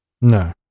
no